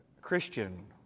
Christian